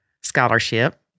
Scholarship